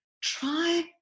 try